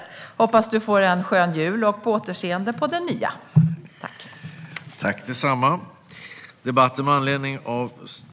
Jag hoppas att du får en skön jul, och på återseende på det nya året!